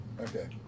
Okay